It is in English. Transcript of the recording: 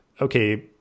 okay